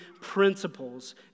principles